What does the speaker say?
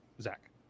Zach